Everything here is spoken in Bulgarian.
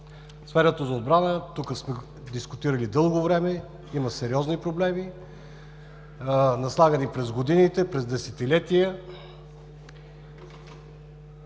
Сферата на отбрана – дискутирали сме дълго време, има сериозни проблеми, наслагвани през годините, през десетилетия.